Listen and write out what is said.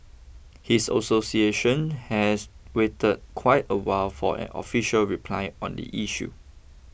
his association has waited quite a while for an official reply on the issue